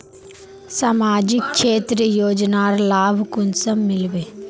सामाजिक क्षेत्र योजनार लाभ कुंसम मिलबे?